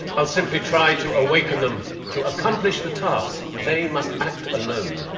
i'll simply try to awaken them to accomplish the task. they must act alone.